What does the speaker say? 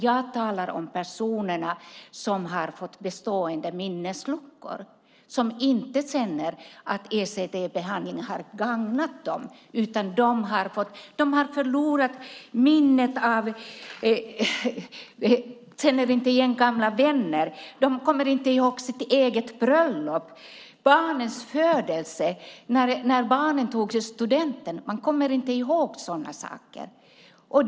Jag talar om de personer som har fått bestående minnesluckor, som inte känner att ECT-behandlingen har gagnat dem, utan som har förlorat minnet, inte känner igen gamla vänner, inte kommer ihåg sitt eget bröllop, barnens födelse eller när barnen tog studenten. De kommer inte ihåg sådana saker.